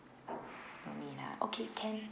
no need ah okay can